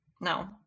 No